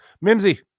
Mimsy